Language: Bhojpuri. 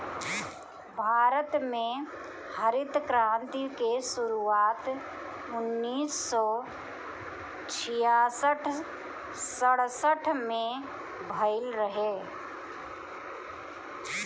भारत में हरित क्रांति के शुरुआत उन्नीस सौ छियासठ सड़सठ में भइल रहे